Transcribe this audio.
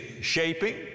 shaping